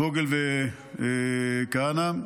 פוגל וכהנא,